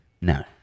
No